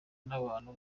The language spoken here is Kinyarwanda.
n’abantu